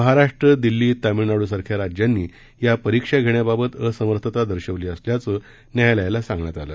महाराष्ट्र दिल्ली तामीळनाडूसारख्या राज्यांनी या परीक्षा घेण्याबाबत असमर्थता दर्शवली असल्याचं न्यायालयाला सांगण्यात आलं